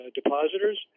depositors